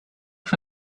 for